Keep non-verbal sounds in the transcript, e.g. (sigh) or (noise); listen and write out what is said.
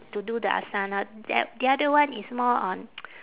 to do the asana the the other one is more on (noise)